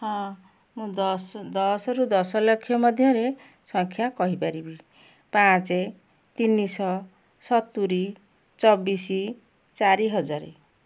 ହଁ ମୁଁ ଦଶ ଦଶରୁ ଦଶ ଲକ୍ଷ ମଧ୍ୟରେ ସଂଖ୍ୟା କହିପାରିବି ପାଞ୍ଚ ତିନିଶହ ସତୁରି ଚବିଶି ଚାରି ହଜାର